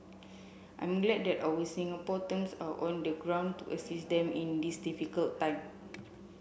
I'm glad that our Singapore terms are on the ground to assist them in this difficult time